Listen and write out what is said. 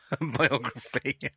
biography